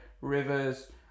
Rivers